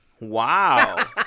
Wow